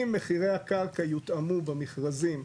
אם מחירי הקרקע יותאמו במכרזים,